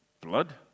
Blood